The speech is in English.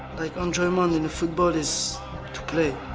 like and um ah and in football is to play,